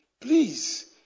please